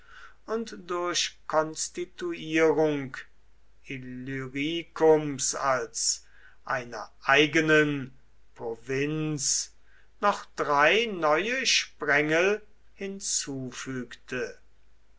und durch konstituierung illyricums als einer eigenen provinz noch drei neue sprengel hinzufügte